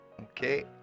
Okay